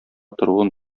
торуын